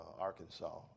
Arkansas